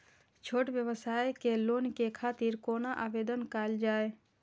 छोट व्यवसाय के लोन के खातिर कोना आवेदन कायल जाय?